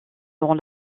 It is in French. dans